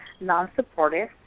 non-supportive